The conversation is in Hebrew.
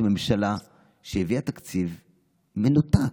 זאת ממשלה שהביאה תקציב מנותק,